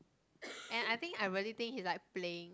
and I think I really think he like playing